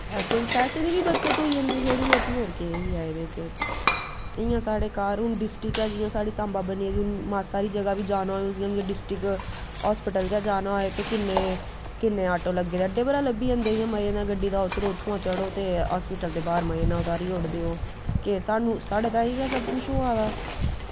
असें पैसे दी बी बचत होई जंदी थ्होड़ी मती होर केह् ऐ एह्दे च इ'यां साढ़े घर हून डिस्टिक ऐ जि'यां साढ़ी सांबा बनी दी हून मासा हारी जगह बी जाना होऐ जि'यां की डिस्टिक हस्पिटल बी जाना होऐ ते किन्नै आटो लग्गे दा अड्डे परा लब्भी जंदे इ'यां मजे नै इ'यां गड्डी दा उतरो उत्थुआं चढ़ो ते हस्पिटल दे बाह्र मजे नै तोआरी ओड़दे ओह् केह् साढ़े ताहीं गै सब कुछ होआ दे